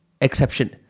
exception